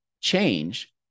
change